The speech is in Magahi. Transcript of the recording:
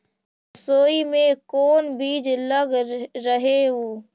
सरसोई मे कोन बीज लग रहेउ?